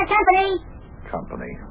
Company